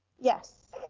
yes,